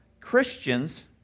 Christians